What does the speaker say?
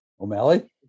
O'Malley